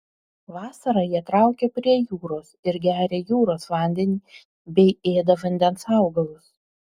vasarą jie traukia prie jūros ir geria jūros vandenį bei ėda vandens augalus